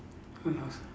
what else ah